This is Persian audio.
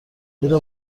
زیرا